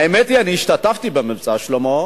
האמת היא, אני השתתפתי ב"מבצע שלמה".